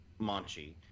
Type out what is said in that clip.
Manchi